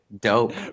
dope